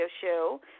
show